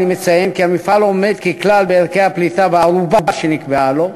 אני מציין כי המפעל עומד ככלל בערכי הפליטה בארובה שנקבעו לו.